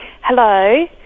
hello